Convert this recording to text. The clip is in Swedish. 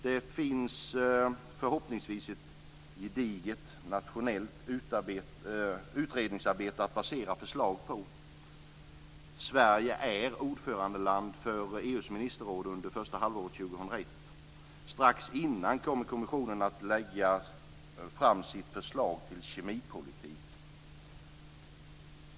Det finns förhoppningsvis ett gediget nationellt utredningsarbete att basera förslag på. Sverige är ordförande för EU:s ministerråd under första halvåret 2001. Strax innan kommer kommissionen att lägga fram sitt förslag till kemipolitik.